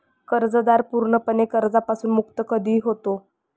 कर्जदार पूर्णपणे कर्जापासून मुक्त कधी होतो?